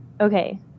Okay